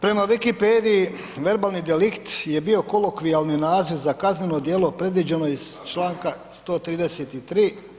Prema Wikipediji, verbalni delikt je bio kolokvijalni naziv za kazneno djelo predviđeno iz čl. 133.